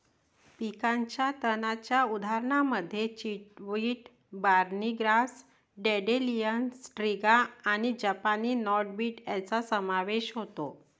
पिकाच्या तणांच्या उदाहरणांमध्ये चिकवीड, बार्नी ग्रास, डँडेलियन, स्ट्रिगा आणि जपानी नॉटवीड यांचा समावेश होतो